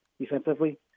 defensively